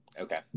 Okay